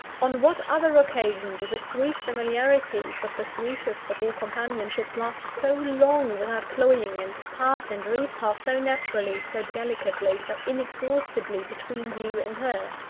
on what other occasion do the sweet familiarities of the sweetest of all companionships last so long without cloying, and pass and re-pass so naturally, so delicately, so inexhaustibly between you and her?